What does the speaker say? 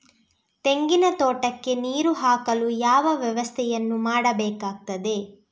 ತೆಂಗಿನ ತೋಟಕ್ಕೆ ನೀರು ಹಾಕಲು ಯಾವ ವ್ಯವಸ್ಥೆಯನ್ನು ಮಾಡಬೇಕಾಗ್ತದೆ?